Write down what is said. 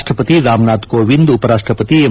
ರಾಷ್ಟಪತಿ ರಾಮನಾಥ್ ಕೋವಿಂದ್ ಉಪರಾಷ್ಟಪತಿ ಎಂ